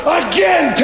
again